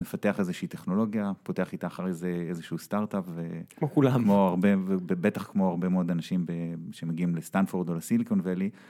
מפתח איזושהי טכנולוגיה, פותח איתה אחר איזשהו סטארט-אפ. כמו כולם. בטח כמו הרבה מאוד אנשים שמגיעים לסטנפורד או לסיליקון ואלי.